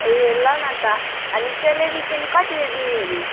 ए ल ल न त अनि स्यालेरी चाहिँ कति दिने अरे